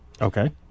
Okay